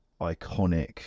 iconic